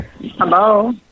Hello